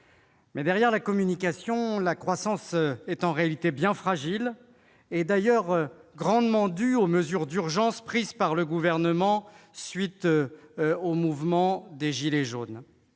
Mais derrière la communication, la croissance est en réalité bien fragile, et largement due aux mesures d'urgence prises par le Gouvernement à la suite du mouvement des « gilets jaunes